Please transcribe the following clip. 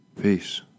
Peace